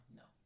no